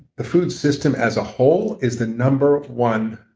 the food system as a whole is the number one